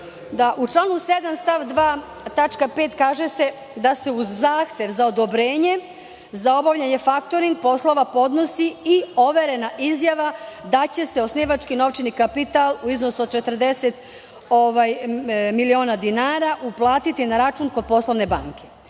tačka 5) kaže se da se uz zahtev za odobrenje za obavljanje faktoring poslova podnosi i overena izjava da će se osnivački novčani kapital u iznosu od 40 miliona dinara uplatiti na račun kod poslovne banke.